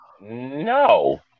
no